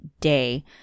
day